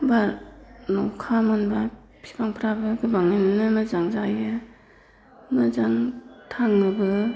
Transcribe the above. एबा अखा मोनब्ला बिफांफ्राबो गोबाङैनो मोजां जायो मोजां थाङोबो